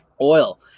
Oil